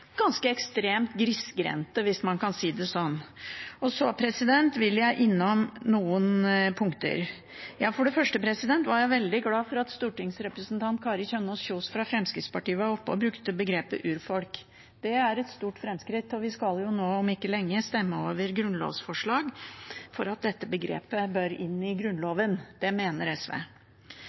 ganske ekstremt grisgrendte, hvis man kan si det sånn. Så vil jeg innom noen punkter. For det første var jeg veldig glad for at stortingsrepresentant Kari Kjønaas Kjos, fra Fremskrittspartiet, var oppe og brukte begrepet «urfolk». Det er et stort framskritt. Vi skal jo om ikke lenge stemme over grunnlovsforslag om at dette begrepet bør inn i Grunnloven. Det mener SV.